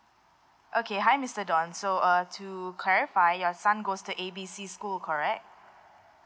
okay hi mister don so uh to clarify your son goes to A B C school correct